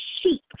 sheep